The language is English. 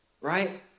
Right